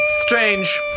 Strange